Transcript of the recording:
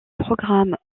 programme